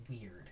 weird